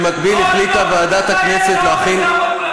עוד בלוף.